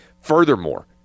Furthermore